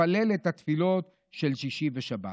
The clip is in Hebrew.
מתפלל את התפילות של שישי ושבת.